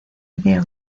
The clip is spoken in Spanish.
idea